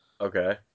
Okay